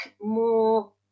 more